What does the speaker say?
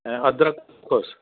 ऐं अदरक लिखियोसि